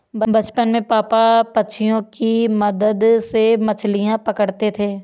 बचपन में पापा पंछियों के मदद से मछलियां पकड़ते थे